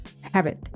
habit